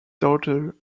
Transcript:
daughter